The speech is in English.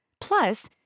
Plus